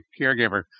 caregiver